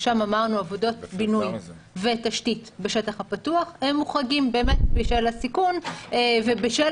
ששם אמרנו עבודות בינוי ותשתית שבטח הפתוח מוחרגות באמת בשל הסיכון ובשל